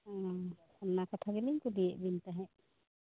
ᱚᱱᱟ ᱠᱟᱛᱷᱟ ᱜᱮᱞᱤᱧ ᱠᱩᱞᱤᱭᱮᱫ ᱵᱤᱱ ᱛᱟᱦᱮᱫ